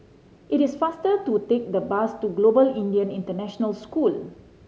it is faster to take the bus to Global Indian International School